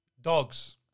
Dogs